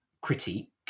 critique